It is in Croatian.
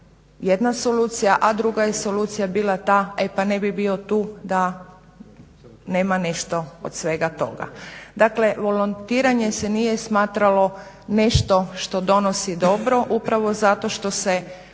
jedna solucija, a druga je solucija bila ta e pa ne bih bio tu da nema nešto od svega toga. Dakle volontiranje se nije smatralo nešto što donosi dobro, upravo zato što se